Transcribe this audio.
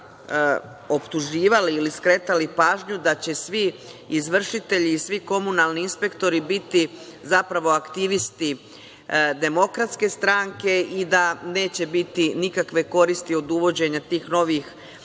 tada optuživali ili skretali pažnju da će svi izvršitelji i svi komunalni inspektori biti zapravo aktivisti DS, i da neće biti nikakve koristi od uvođenja tih novih